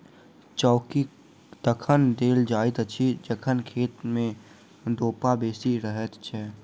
चौकी तखन देल जाइत अछि जखन खेत मे ढेपा बेसी रहैत छै